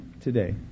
today